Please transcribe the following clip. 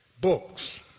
books